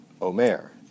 Omer